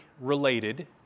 related